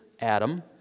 Adam